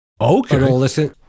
Okay